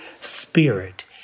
spirit